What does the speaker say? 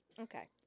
Okay